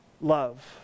love